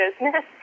business